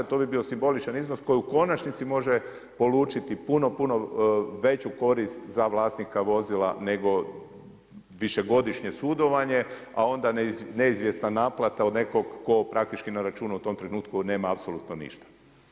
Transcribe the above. To bi bio simboličan iznos koji u konačnici može polučiti puno, puno veću korist za vlasnika vozila nego višegodišnje sudovanje, a onda neizvjesna naplata od nekog tko praktički na računu u tom trenutku nema apsolutno ništa.